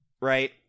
right